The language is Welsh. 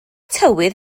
tywydd